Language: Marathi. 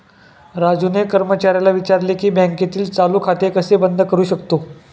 राजूने कर्मचाऱ्याला विचारले की बँकेतील चालू खाते कसे बंद करू शकतो?